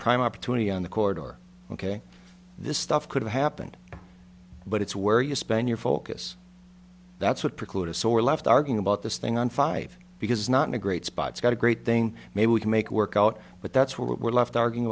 prime opportunity on the court or ok this stuff could have happened but it's where you spend your focus that's what preclude a sore left arguing about this thing on five because not in a great spots got a great thing maybe we can make it work out but that's what we're left argu